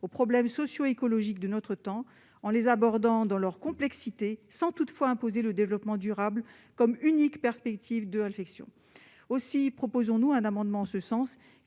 aux problèmes socioécologiques de notre temps, en les abordant dans leur complexité, sans toutefois imposer le développement durable comme unique perspective de réflexion. D'où cet amendement, qui vise à